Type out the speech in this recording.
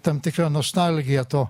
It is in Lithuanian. tam tikra nostalgija to